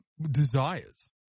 desires